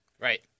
right